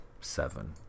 seven